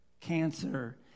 cancer